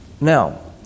Now